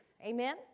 amen